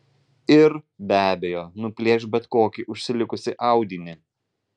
ir be abejo nuplėš bet kokį užsilikusį audinį